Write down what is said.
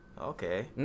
okay